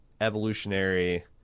evolutionary